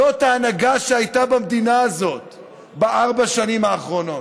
זאת ההנהגה שהייתה במדינה הזאת בארבע השנים האחרונות.